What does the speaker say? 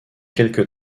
quelque